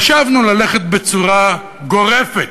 חשבנו ללכת בצורה גורפת,